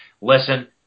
listen